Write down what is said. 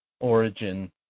origin